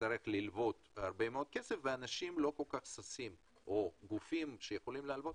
ללוות הרבה מאוד כסף ואנשים או גופים שיכולים להלוות